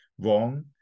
wrong